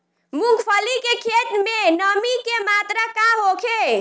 मूँगफली के खेत में नमी के मात्रा का होखे?